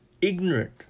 ignorant